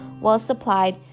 well-supplied